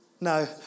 No